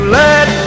let